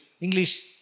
English